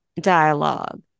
dialogue